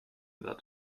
wird